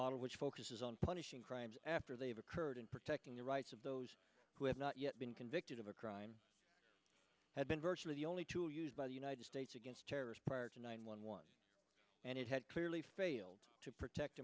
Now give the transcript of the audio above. of which focuses on punishing crimes after they've occurred and protecting the rights of those who have not been convicted of a crime had been virtually the only tool used by the united states against terrorist prior to nine one one and it had clearly failed to protect